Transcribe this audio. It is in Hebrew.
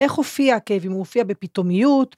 איך הופיע הכאב? אם הוא הופיע בפתאומיות?